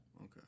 Okay